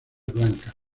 blancas